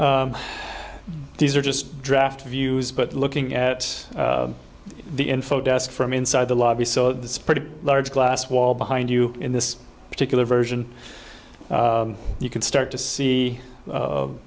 these are just draft views but looking at the info desk from inside the lobby so this pretty large glass wall behind you in this particular version you can start to see